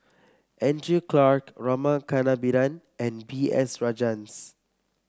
Andrew Clarke Rama Kannabiran and B S Rajhans